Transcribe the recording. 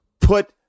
put